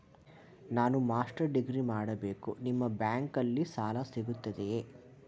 ನಾನು master degree ಮಾಡಬೇಕು, ನಿಮ್ಮ ಬ್ಯಾಂಕಲ್ಲಿ ಸಾಲ ಸಿಗುತ್ತದೆಯೇ?